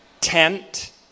Tent